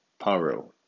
Paro